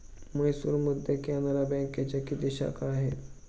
म्हैसूरमध्ये कॅनरा बँकेच्या किती शाखा आहेत?